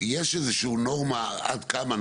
יש איזו שהיא נורמה עד כמה,